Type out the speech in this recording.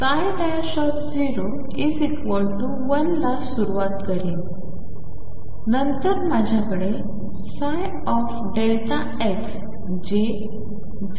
तर मी श्रोडिंगर समीकरणा 2 V E पासून ψ आणि 1ला सुरुवात करीन नंतर माझ्याकडे Δxजे 00Δx